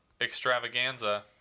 extravaganza